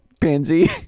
Pansy